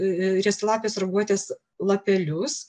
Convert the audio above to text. riestalapės raguotės lapelius